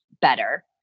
better